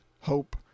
hope